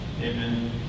Amen